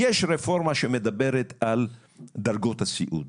יש רפורמה שמדברת על דרגות הסיעוד.